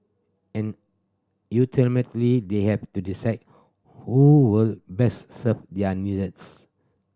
and they have to decide who would best serve their needs